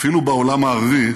אפילו בעולם הערבי